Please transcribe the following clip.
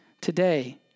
today